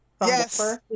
Yes